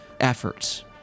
efforts